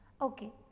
Okay